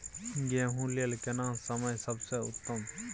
गेहूँ लेल केना समय सबसे उत्तम?